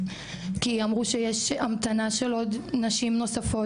כי אמרו שיש המתנה של עוד נשים נוספות